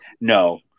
no